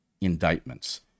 indictments